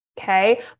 Okay